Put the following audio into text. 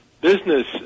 business